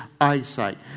eyesight